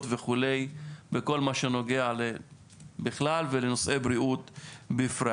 וכו' בכל מה שנוגע בכלל ולנושאי בריאות בפרט,